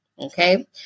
okay